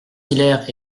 hilaire